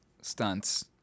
stunts